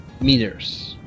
meters